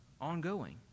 ongoing